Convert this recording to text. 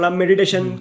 meditation